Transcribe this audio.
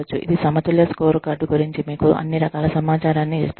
ఇది సమతుల్య స్కోర్కార్డ్ గురించి మీకు అన్ని రకాల సమాచారాన్ని ఇస్తుంది